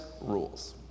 rules